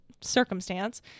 circumstance